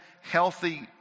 healthy